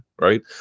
right